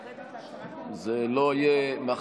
אדוני היושב-ראש, זה לא יהיה בכלל השבוע?